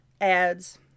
ads